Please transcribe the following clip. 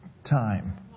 time